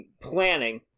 planning